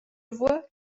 vois